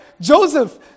Joseph